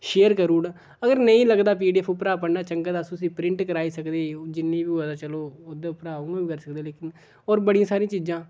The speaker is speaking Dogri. शेयर करी ओड़ अगर नेईं लगदा पी डी एफ उप्परा पढ़ना चंगा तां अस उसी प्रिंट कराई सकदे जिन्नी बी होऐ ते चलो ओह्दे उप्परा उ'आं बी करी सकदे लेकिन होर बड़ियां सारियां चीजां